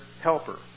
helper